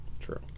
True